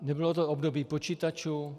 Nebylo to období počítačů.